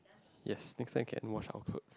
yes next time can wash our clothes